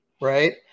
right